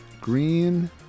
green